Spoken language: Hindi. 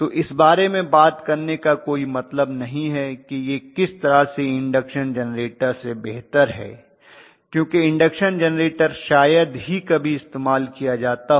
तो इस बारे में बात करने का कोई मतलब नहीं है कि यह किस तरह से इंडक्शन जेनरेटर से बेहतर है क्योंकि इंडक्शन जेनरेटर का शायद ही कभी इस्तेमाल किया जाता हो